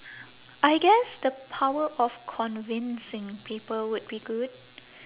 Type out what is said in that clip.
I guess the power of convincing people would be good